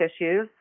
issues